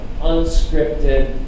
unscripted